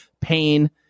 pain